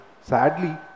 sadly